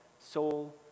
soul